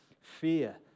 fear